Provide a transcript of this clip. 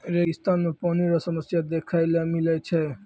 रेगिस्तान मे पानी रो समस्या देखै ले मिलै छै